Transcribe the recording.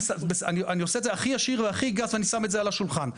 אני עושה את זה הכי ישיר והכי גס ואני שם את זה על השולחן.